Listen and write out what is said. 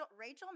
Rachel